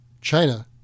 China